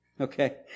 Okay